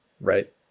Right